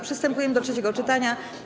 Przystępujemy do trzeciego czytania.